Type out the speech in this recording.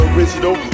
Original